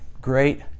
great